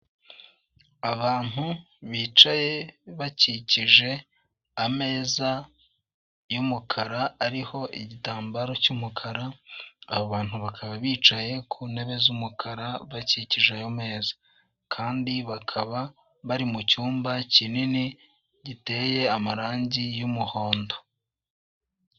Abantu bicaye bakikije ameza y'umukara ariho igitambaro cy'umukara abo abantu bakaba bicaye ku ntebe z'umukara bakikije ayo meza kandi bakaba bari mucyumba kinini giteye amarangi y' yumuhondo.